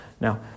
Now